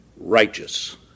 righteous